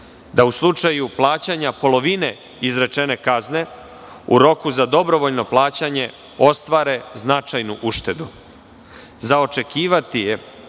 da u slučaju plaćanja polovine izrečene kazne, u roku za dobrovoljno plaćanje, ostvare značajnu uštedu.